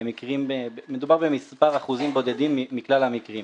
מדובר במספר אחוזים בודדים מכלל המקרים.